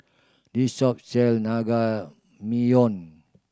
this shop sell